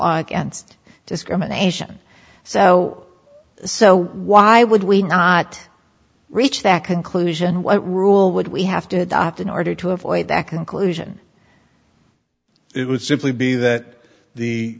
against discrimination so so why would we not reach that conclusion what rule would we have to adopt in order to avoid that conclusion it would simply be that the